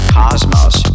cosmos